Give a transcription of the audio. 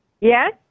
Yes